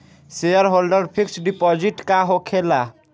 Shareholder fix deposit का होखे ला?